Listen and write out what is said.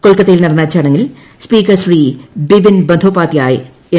കൊൽക്കത്തയിൽ നടന്ന ചടങ്ങിൽ സ്പീക്കർ ശ്രീ ബിമൻ ബന്ധോപാധ്യായ് എം